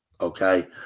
okay